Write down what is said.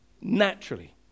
Naturally